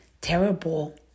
terrible